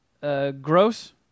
Gross